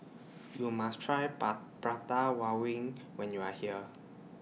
YOU must Try Par Prata when YOU Are here